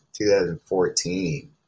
2014